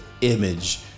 image